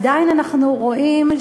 עדיין אנחנו רואים,